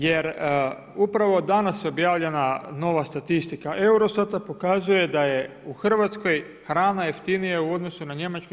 Jer upravo danas objavljena nova statistika Eurostata pokazuje da je u Hrvatskoj hrana jeftinija u odnosu na Njemačku 4%